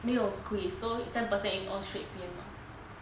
没有 quiz so ten percent in all straight P_M mark